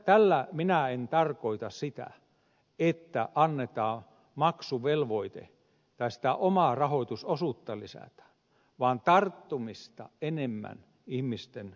tällä minä en tarkoita sitä että annetaan maksuvelvoite tästä omaa rahoitusosuutta lisätään vaan tarttumista enemmän ihmisten omaan elämäntilanteeseen